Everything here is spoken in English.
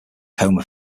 coma